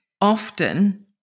Often